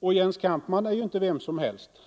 Och Jens Kampmann är ju inte vem som helst.